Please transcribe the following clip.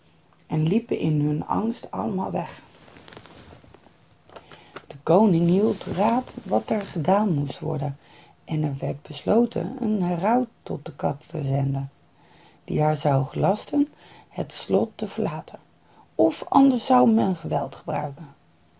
en liepen in hun angst allemaal weg de koning hield raad wat er gedaan moest worden en er werd besloten een heraut tot de kat te zenden die haar zou gelasten het slot te verlaten of anders zou men geweld gebruiken